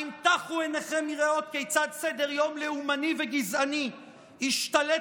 האם טחו עיניכם מראות כיצד סדר-יום לאומני וגזעני השתלט